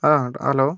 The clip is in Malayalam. അതെ ഹലോ